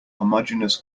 homogeneous